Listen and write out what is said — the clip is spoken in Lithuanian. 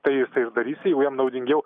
tai jisai ir darys jeigu jam naudingiau